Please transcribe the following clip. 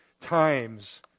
times